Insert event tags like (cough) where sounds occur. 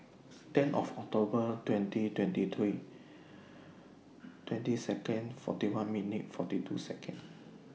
ten of October twenty twenty three (noise) twenty Seconds forty one minutes forty two Seconds